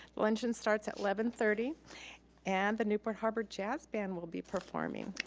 luncheon starts at eleven thirty and the newport harbor jazz band will be performing.